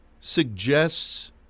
suggests